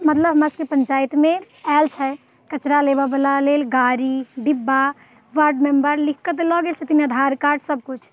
मतलब हमरा सबकेँ पञ्चायतमे आयल छै कचरा लेबे बला लेल गाड़ी डिब्बा वार्ड नम्बर लिखऽ के तऽ लऽ गेल छथिन आधार कार्ड सब किछु